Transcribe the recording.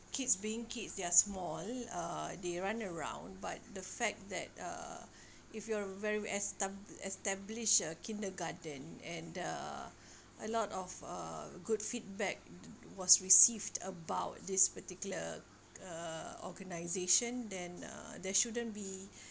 kids being kids they're small uh they run around but the fact that uh if you are a very estab~ established uh kindergarten and uh a lot of uh good feedback was received about this particular uh organization then uh there shouldn't be